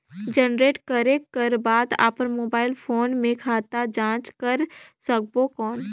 Generate करक कर बाद अपन मोबाइल फोन मे खाता जांच कर सकबो कौन?